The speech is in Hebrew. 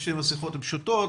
יש מסכות פשוטות,